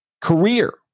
career